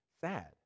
Sad